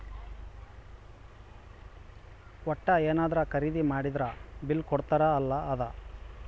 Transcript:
ವಟ್ಟ ಯೆನದ್ರ ಖರೀದಿ ಮಾಡಿದ್ರ ಬಿಲ್ ಕೋಡ್ತಾರ ಅಲ ಅದ